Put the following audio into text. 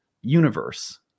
universe